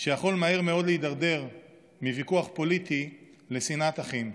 שיכול מהר מאוד להידרדר מוויכוח פוליטי לשנאת אחים.